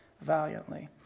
valiantly